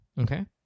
Okay